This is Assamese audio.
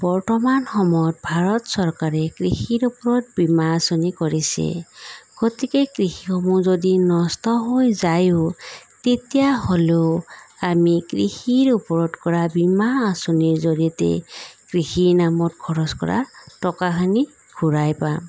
বৰ্তমান সময়ত ভাৰত চৰকাৰে কৃষিৰ ওপৰত বীমা আচঁনি কৰিছে গতিকে কৃষিসমূহ যদি নষ্ট হৈ যায়ো তেতিয়া হ'লেও আমি কৃষিৰ ওপৰত কৰা বীমা আচঁনিৰ জড়িয়তে কৃষিৰ নামত খৰচ কৰা টকাখিনি ঘূৰাই পাম